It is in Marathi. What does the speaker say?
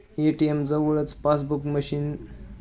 ए.टी.एम जवळच पासबुक प्रिंटिंग मशीन आहे